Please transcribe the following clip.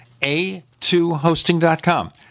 a2hosting.com